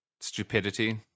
stupidity